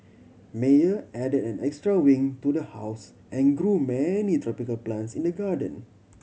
Meyer added an extra wing to the house and grew many tropical plants in the garden